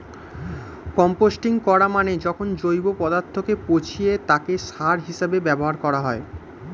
composting করা মানে যখন জৈব পদার্থকে পচিয়ে তাকে সার হিসেবে ব্যবহার করা হয়